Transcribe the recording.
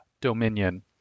dominion